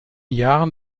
jahren